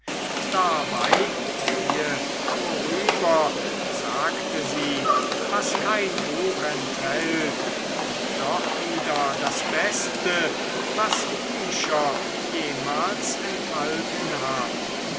dabei gehe vorüber sagt sie was kein buch enthält und doch wieder das beste was bücher jemals enthalten haben